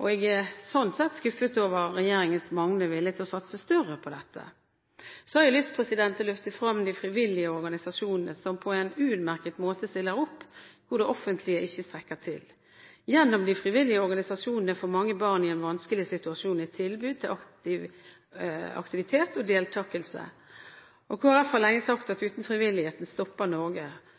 Jeg er sånn sett skuffet over regjeringens manglende vilje til å satse større på dette. Så har jeg lyst til å løfte frem de frivillige organisasjonene, som på en utmerket måte stiller opp hvor det offentlige ikke strekker til. Gjennom de frivillige organisasjonene får mange barn i en vanskelig situasjon et tilbud om aktivitet og deltakelse. Kristelig Folkeparti har lenge sagt at uten frivilligheten stopper Norge